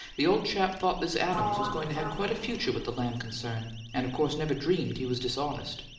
the old chap thought this adams was going to have quite a future with the lamb concern, and of course never dreamed he was dishonest.